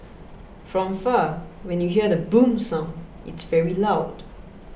from far when you hear the boom sound it's very loud